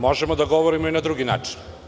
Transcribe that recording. Možemo da govorimo i na drugi način.